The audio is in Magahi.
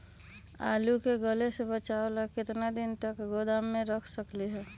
आलू के गले से बचाबे ला कितना दिन तक गोदाम में रख सकली ह?